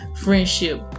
friendship